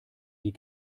die